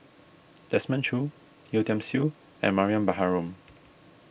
Desmond Choo Yeo Tiam Siew and Mariam Baharom